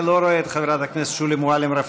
אני לא רואה את חברת הכנסת שולי מועלם-רפאלי,